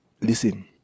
Listen